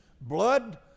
blood